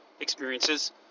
experiences